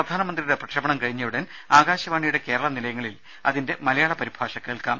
പ്രധാനമന്ത്രിയുടെ കഴിഞ്ഞയുടൻ ആകാശവാണിയുടെ കേരളനിലയങ്ങളിൽ അതിന്റെ മലയാള പരിഭാഷ കേൾക്കാം